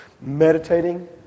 meditating